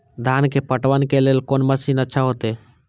धान के पटवन के लेल कोन मशीन अच्छा होते?